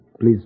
please